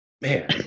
Man